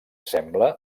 sembla